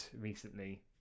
recently